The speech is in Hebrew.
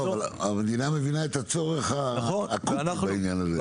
המדינה מבינה את הצורך האקוטי בעניין הזה.